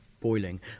boiling